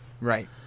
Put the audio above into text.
Right